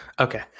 Okay